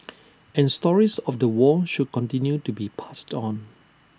and stories of the war should continue to be passed on